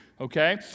Okay